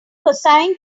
cosine